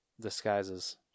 disguises